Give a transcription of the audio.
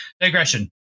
digression